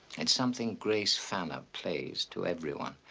it's something grace fanner plays to everyone.